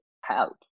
help